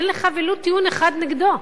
אין לך ולו טיעון אחד נגדו.